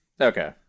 Okay